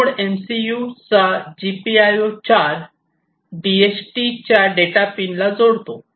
node एमसीयूचा GPIO 4 डीएचटीच्या data pin ला जोडतो